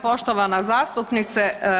Poštovana zastupnice.